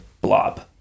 blob